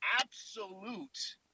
absolute